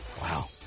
Wow